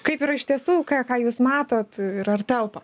kaip yra iš tiesų ką ką jūs matot ir ar telpa